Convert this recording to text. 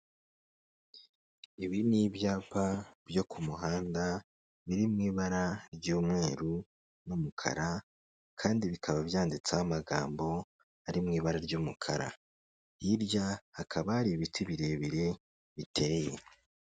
Ibi ni ibyapa byo ku muhanda biri mu ibara ry'umweru n'umukara kandi bikaba byanditseho amagambo ari mu ibara ry'umukara, hirya hakaba hari ibiti birebire biteye.